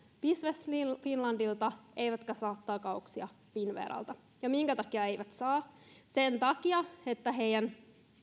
business finlandilta eivätkä saa takauksia finnveralta ja minkä takia eivät saa sen takia että heidän